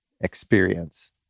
experience